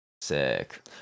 sick